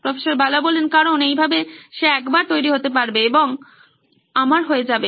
প্রফ্ বালা কারণ এই ভাবে সে একবার তৈরি হতে পারবে এবং আমার হয়ে যাবে